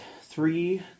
three